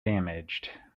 damaged